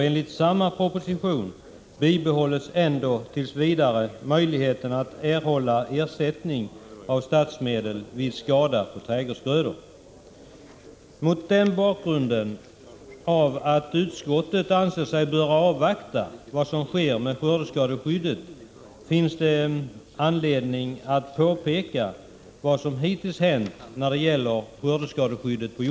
Enligt samma proposition bibehålls ändå tills vidare möjligheten att erhålla ersättning av statsmedel vid skada på trädgårdsgrödor. Mot bakgrund av att utskottet anser sig böra avvakta vad som sker på jordbruksområdet med skördeskadeskyddet finns det anledning att påpeka vad som hittills hänt i det avseendet.